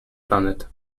planet